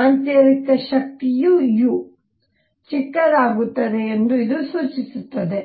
ಆಂತರಿಕ ಶಕ್ತಿಯು U ಚಿಕ್ಕದಾಗುತ್ತದೆ ಎಂದು ಇದು ಸೂಚಿಸುತ್ತದೆ